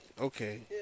okay